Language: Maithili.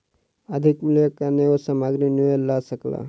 अधिक मूल्यक कारणेँ ओ सामग्री नै लअ सकला